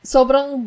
Sobrang